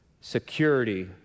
security